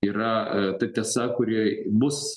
yra ta tiesa kuri bus